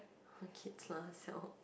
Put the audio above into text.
uh kids lah siao